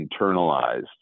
internalized